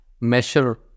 measure